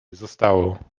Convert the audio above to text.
zostało